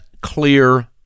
clear